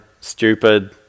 stupid